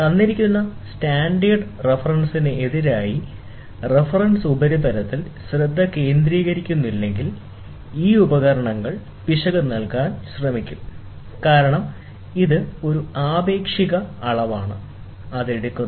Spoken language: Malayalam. തന്നിരിക്കുന്ന സ്റ്റാൻഡേർഡ് റഫറൻസിന് എതിരായി റഫറൻസ് ഉപരിതലത്തിൽ ശ്രദ്ധ കേന്ദ്രീകരിക്കുന്നില്ലെങ്കിൽ ഈ ഉപകരണങ്ങൾ പിശക് നൽകാൻ ശ്രമിക്കും കാരണം ഇത് ഒരു ആപേക്ഷിക അളവാണ് അത് എടുക്കുന്നു